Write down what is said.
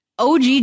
OG